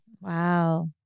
Wow